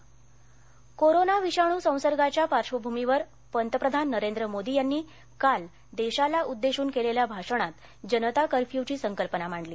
corona corona विषाणू संसर्गाच्या पार्श्वभूमीवर पंतप्रधान नरेंद्र मोदी यांनी काल देशाला उद्देशून केलेल्या भाषणात जनता कर्फ्युची संकल्पना मांडली